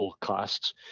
costs